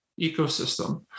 ecosystem